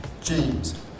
James